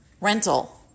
rental